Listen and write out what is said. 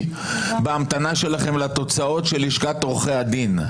בהמתנה שלכם לתוצאות של לשכת עורכי הדין.